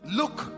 look